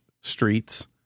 streets